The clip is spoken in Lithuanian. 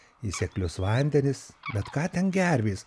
į seklius vandenis bet ką ten gervės